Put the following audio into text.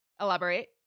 Elaborate